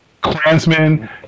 Klansmen